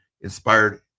inspired